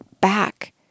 back